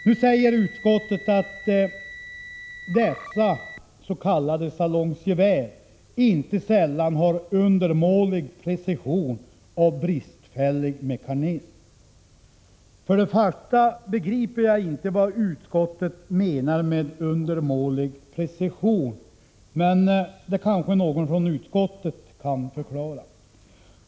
Nu säger utskottet att dessa s.k. salongsgevär inte sällan har undermålig precision och bristfällig mekanism. För det första begriper jag inte vad utskottet menar med undermålig precision, men det kan kanske någon från utskottet förklara.